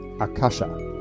Akasha